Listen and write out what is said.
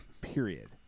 period